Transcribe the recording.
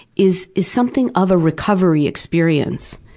is is something of a recovery experience,